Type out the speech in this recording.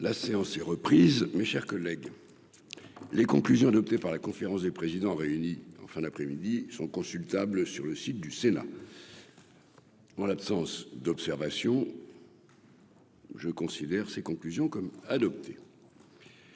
La séance est reprise, mes chers collègues, les conclusions adoptées par la conférence des présidents réunis en fin d'après-midi sont consultables sur le site du Sénat. En l'absence d'observation. Je considère ces conclusions comme adopté.